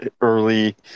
early